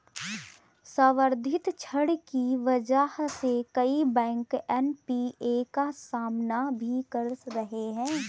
संवर्धित ऋण की वजह से कई बैंक एन.पी.ए का सामना भी कर रहे हैं